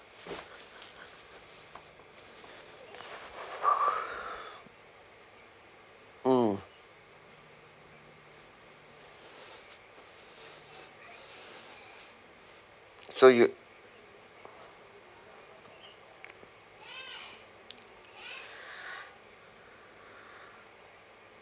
mm so you